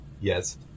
Yes